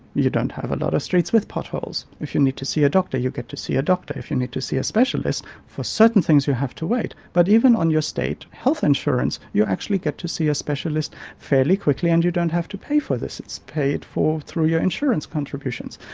you don't have a lot of streets with potholes. if you need to see a doctor you get to see a doctor. if you need to see a specialist, for certain things you have to wait, but even on your state health insurance you actually get to see a specialist fairly quickly and you don't have to pay for this, it's paid for through your insurance contributions.